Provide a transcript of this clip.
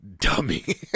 dummy